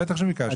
בטח שביקשתי.